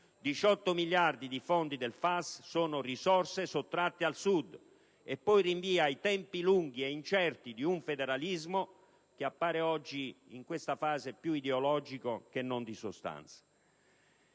(18 miliardi di fondi del FAS sono risorse sottratte al Sud), e poi rinvia ai tempi lunghi e incerti di un federalismo, che appare oggi in questa fase più ideologico che non di sostanza.